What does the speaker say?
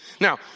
Now